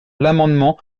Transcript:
l’amendement